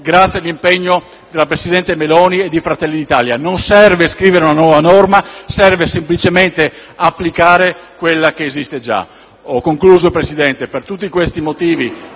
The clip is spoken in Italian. grazie all'impegno del presidente Meloni e di Fratelli d'Italia. Non serve scrivere una nuova norma, serve semplicemente applicare quella che esiste già. Per tutti questi motivi